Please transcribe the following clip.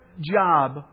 job